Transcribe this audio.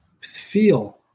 feel